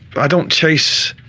i don't chase